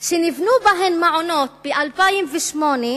שנבנו בהם מעונות ב-2008,